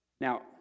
Now